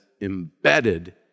embedded